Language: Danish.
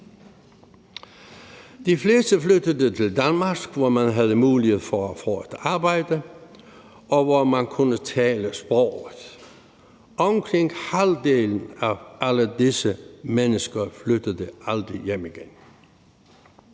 De fleste flyttede til Danmark, hvor man havde mulighed for at få et arbejde, og hvor man kunne tale sproget. Omkring halvdelen af alle disse mennesker flyttede aldrig hjem igen.